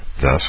thus